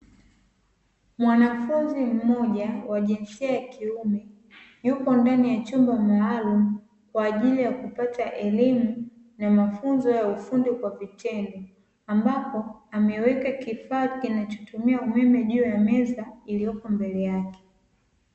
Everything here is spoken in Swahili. Mwanafunzi mmoja wa jinsia ya kiume yupo ndani ya chumba maalumu kwa ajili ya kupata elimu na mafunzo ya ufundi kwa vitendo ambapo ameweka kifaa kinachotumia umeme juu ya meza iliyopo mbele yake.